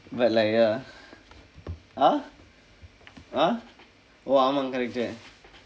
but like ya ah ah oh ஆமாம்:aamaam correct